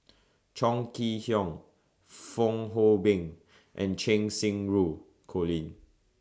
Chong Kee Hiong Fong Hoe Beng and Cheng Xinru Colin